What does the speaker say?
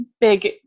big